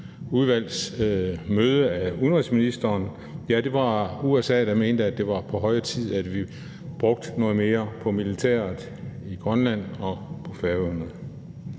Udenrigsudvalgets møde. Ja, det var USA, der mente, at det var på høje tid, at vi brugte noget mere på militæret i Grønland og på Færøerne.